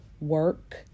work